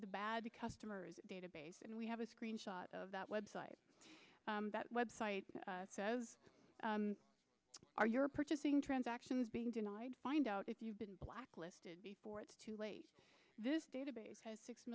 the bad customer's database and we have a screenshot of that website that website says are your purchasing transactions being denied find out if you've been blacklisted before it's too late this database has six